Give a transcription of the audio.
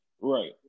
Right